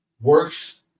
works